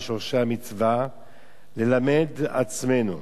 משורשי המצווה ללמד את עצמנו